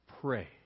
Pray